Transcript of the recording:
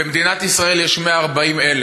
במדינת ישראל יש 140,000,